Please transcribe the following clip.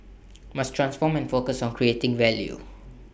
must transform and focus on creating value